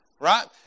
Right